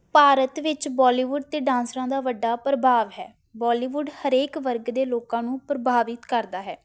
ਭਾਰਤ ਵਿੱਚ ਬੋਲੀਵੁੱਡ ਅਤੇ ਡਾਂਸਰਾਂ ਦਾ ਵੱਡਾ ਪ੍ਰਭਾਵ ਹੈ ਬੋਲੀਵੁੱਡ ਹਰੇਕ ਵਰਗ ਦੇ ਲੋਕਾਂ ਨੂੰ ਪ੍ਰਭਾਵਿਤ ਕਰਦਾ ਹੈ